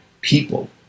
people